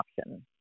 option